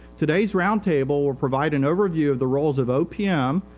todayis roundtable will provide an overview of the roles of opm,